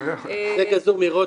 והם התייחסו בתשובות